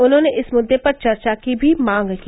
उन्होंने इस मुद्दे पर चर्चा की भी मांग की